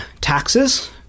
taxes